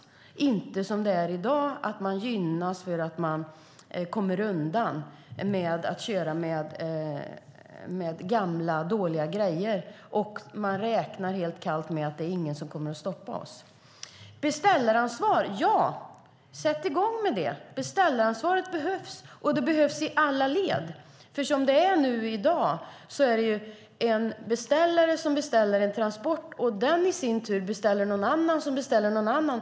I dag gynnas man när man kommer undan när man kör med gamla, dåliga grejer. De räknar helt kallt med att det inte är någon som kommer att stoppa dem. Ja, sätt i gång med ett beställaransvar! Det behövs i alla led. I dag beställer en beställare en transport, och den i sin tur beställer en annan som beställer en annan.